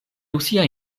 rusia